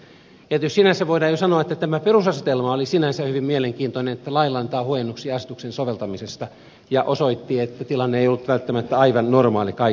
eli sinänsä voidaan jo sanoa että tämä perusasetelma oli sinänsä hyvin mielenkiintoinen että lailla annetaan huojennuksia asetuksen soveltamisesta ja se osoitti että tilanne ei ollut välttämättä aivan normaali kaikilta osin